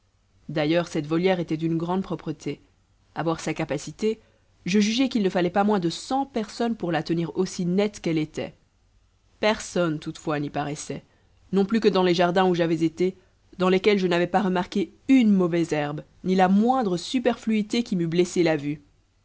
d'ailleurs cette volière était d'une grande propreté à voir sa capacité je jugeai qu'il ne fallait pas moins de cent personnes pour la tenir aussi nette qu'elle était personne toutefois n'y paraissait non plus que dans les jardins où j'avais été dans lesquels je n'avais pas remarqué une mauvaise herbe ni la moindre superfluité qui m'eût blessé la vue